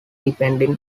depending